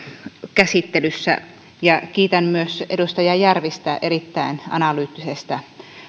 käsittelyssä kiitän myös edustaja järvistä erittäin analyyttisesta